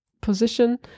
position